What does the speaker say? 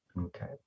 Okay